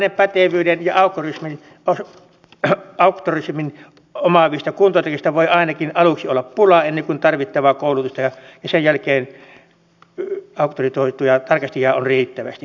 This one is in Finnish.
uudenlaisen pätevyyden ja auktorisoinnin omaavista kuntotarkastajista voi ainakin aluksi olla pulaa ennen kuin tarvittavaa koulutusta ja sen jälkeen auktorisoituja tarkastajia on riittävästi